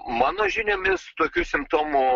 mano žiniomis tokių simptomų